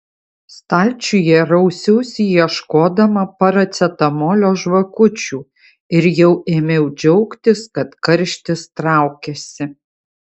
stalčiuje rausiausi ieškodama paracetamolio žvakučių ir jau ėmiau džiaugtis kad karštis traukiasi